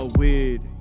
weird